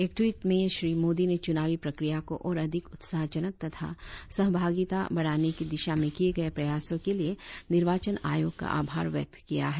एक टवीट में श्री मोदी ने चुनावी प्रक्रिया को और अधिक उत्साहजनक तथा सहभागरिता बढ़ाने की दिशा में किए गए प्रयासों के लिए निर्वचन आयोग का आभार व्यक्त किया है